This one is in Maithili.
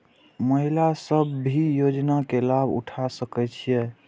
महिला सब भी योजना के लाभ उठा सके छिईय?